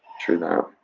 true that.